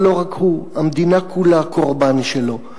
אבל לא רק הוא, המדינה כולה קורבן שלו,